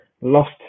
lost